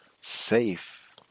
safe